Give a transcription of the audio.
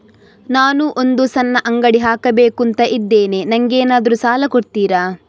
ನಾನು ಒಂದು ಸಣ್ಣ ಅಂಗಡಿ ಹಾಕಬೇಕುಂತ ಇದ್ದೇನೆ ನಂಗೇನಾದ್ರು ಸಾಲ ಕೊಡ್ತೀರಾ?